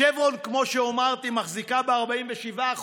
שברון, כמו שאמרתי, מחזיקה ב-47%.